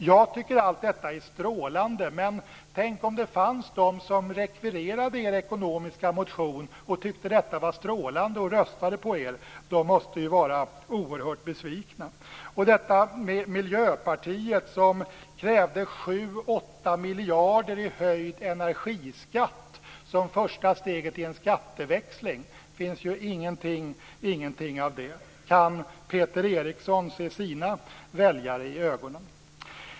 Jag tycker att allt detta är strålande, men det finns ju de som rekvirerade er ekonomiska motion och tyckte detta var strålande och som röstade på er, och de måste vara oerhört besvikna. Miljöpartiet krävde 7-8 miljarder i höjd energiskatt som det första steget i en skatteväxling. Men det finns ju ingenting av det. Kan Peter Eriksson se sina väljare i ögonen?